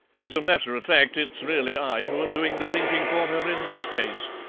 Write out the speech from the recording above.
as a matter of fact, it's really i who am doing the thinking for her in this case.